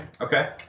Okay